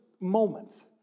moments